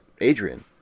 Adrian